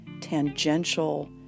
tangential